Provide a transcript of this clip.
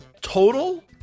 Total